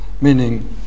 meaning